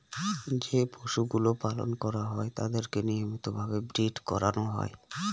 যে পশুগুলো পালন করা হয় তাদেরকে নিয়মিত ভাবে ব্রীড করানো হয়